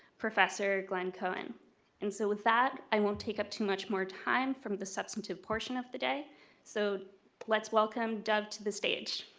professor glenn cohen and so with that i won't take up too much more time from the substantive portion of the day so let's welcome dov to the stage.